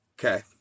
Okay